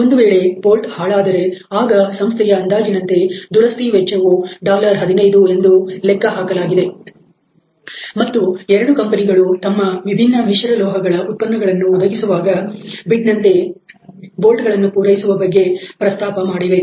ಒಂದು ವೇಳೆ ಬೋಲ್ಟ್ ಹಾಳಾದರೆ ಆಗ ಸಂಸ್ಥೆಯ ಅಂದಾಜಿನಂತೆ ದುರಸ್ತಿ ವೆಚ್ಚವು 15 ಎಂದು ಲೆಕ್ಕಹಾಕಲಾಗಿದೆ ಮತ್ತು ಎರಡು ಕಂಪನಿಗಳು ತಮ್ಮ ವಿಭಿನ್ನ ಮಿಶ್ರ ಲೋಹಗಳ ಉತ್ಪನ್ನಗಳನ್ನು ಒದಗಿಸುವಾಗ ಬಿಡ್ ಪ್ರಕಾರ ಬೋಲ್ಟ್ ಗಳನ್ನು ಪೂರೈಸುವ ಬಗ್ಗೆ ಪ್ರಸ್ತಾಪ ಮಾಡಿವೆ